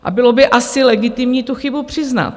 A bylo by asi legitimní tu chybu přiznat.